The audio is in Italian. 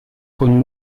con